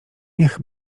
niech